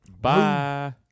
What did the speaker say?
Bye